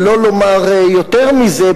שלא לומר יותר מזה,